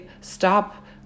stop